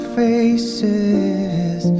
faces